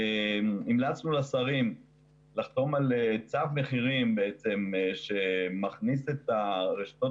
המלצנו לשרים לחתום על צו מחירים שמכניס את רשתות